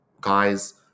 guys